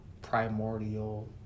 primordial